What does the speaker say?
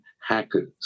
hackers